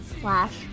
slash